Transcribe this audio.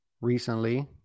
recently